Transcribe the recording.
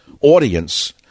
audience